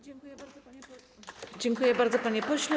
Dziękuję bardzo, panie pośle.